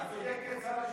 את צודקת.